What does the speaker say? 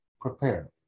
prepare